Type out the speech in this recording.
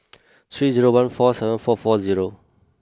three zero one four seven four four zero